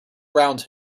around